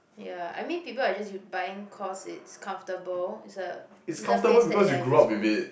ya I mean people are just u~ buying cause it's comfortable it's a interface that they are useful